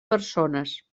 persones